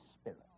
Spirit